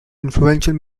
influential